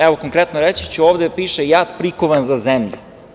Evo, konkretno, ovde piše – JAT prikovan za zemlju.